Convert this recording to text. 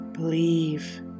Believe